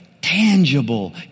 tangible